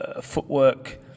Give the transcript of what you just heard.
footwork